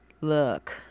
Look